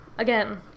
Again